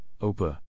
Opa